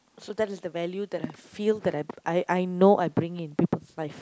so that is the value that I feel that I I I know I bring in people's life